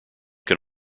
can